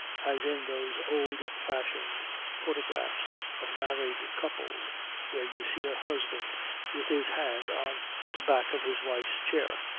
as in those old-fashioned photographs of married couples where you see a husband with his hand on the back of his wife's chair.